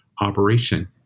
operation